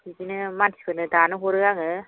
बिदिनो मानसिफोरनो दानो हरो आङो